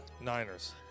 Niners